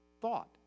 thought